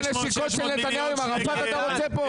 והנשיקות של נתניהו עם ערפאת אתה רוצה פה?